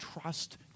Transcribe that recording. trust